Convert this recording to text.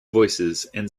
voicesand